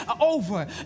Over